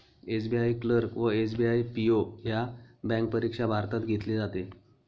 SBI clerk व SBI PO ह्या bank परीक्षा भारतात घेतली जाते